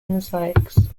mosaics